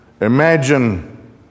imagine